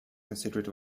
considered